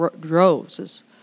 droves